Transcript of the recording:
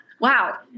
Wow